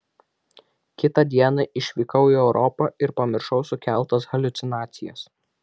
kitą dieną išvykau į europą ir pamiršau sukeltas haliucinacijas